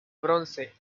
bronce